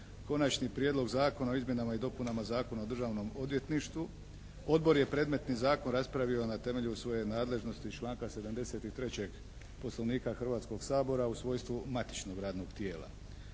Konačni prijedlog Zakona o izmjenama i dopunama Zakona o državnom odvjetništvu. Odbor je predmetni zakon raspravio na temelju svoje nadležnosti iz članka 73. Poslovnika Hrvatskog sabora u svojstvu matičnog radnog tijela.